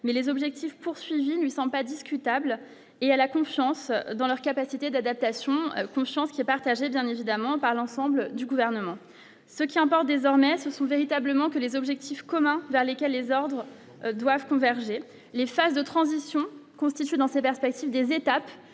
mais les objectifs poursuivis ne sont pas discutables et à la confiance dans leur capacité d'adaptation, confiance qui est partagé d'un évidemment pas l'ensemble du gouvernement, ce qui importe désormais ce sont véritablement que les objectifs communs vers lesquels les ordres doivent converger les phases de transition constitue dans ses perspectives des étapes,